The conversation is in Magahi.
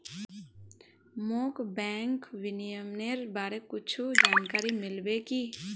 मोक बैंक विनियमनेर बारे कुछु जानकारी मिल्बे की